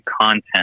content